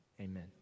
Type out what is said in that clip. Amen